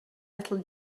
little